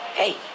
Hey